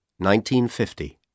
1950